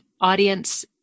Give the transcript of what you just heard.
audience